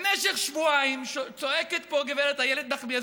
במשך שבועיים צועקת פה גברת איילת נחמיאס